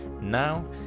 now